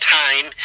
time